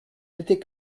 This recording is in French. n’était